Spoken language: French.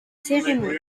cérémonie